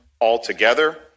altogether